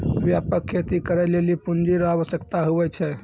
व्यापक खेती करै लेली पूँजी रो आवश्यकता हुवै छै